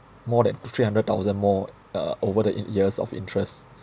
more than two three hundred thousand more eh uh over the in~ years of interest